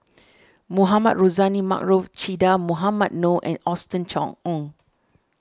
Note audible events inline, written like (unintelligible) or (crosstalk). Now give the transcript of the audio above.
Mohamed Rozani Maarof Che Dah Mohamed Noor and Austen (unintelligible) Ong